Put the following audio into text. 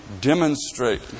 demonstrate